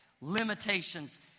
limitations